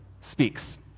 speaks